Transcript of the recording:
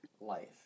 life